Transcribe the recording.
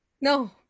No